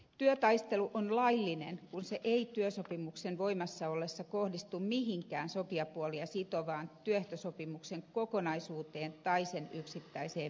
työtaistelu on laillinen kun se ei työsopimuksen voimassa ollessa kohdistu mihinkään sopijapuolia sitovaan työehtosopimuksen kokonaisuuteen tai sen yksittäiseen määräykseen